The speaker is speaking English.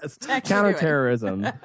Counterterrorism